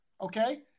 Okay